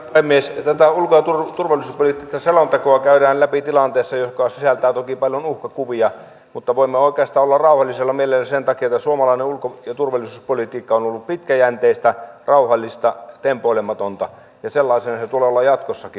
tätä ulko ja turvallisuuspoliittista selontekoa käydään läpi tilanteessa joka sisältää toki paljon uhkakuvia mutta voimme oikeastaan olla rauhallisella mielellä sen takia että suomalainen ulko ja turvallisuuspolitiikka on ollut pitkäjänteistä rauhallista tempoilematonta ja sellaista sen tulee olla jatkossakin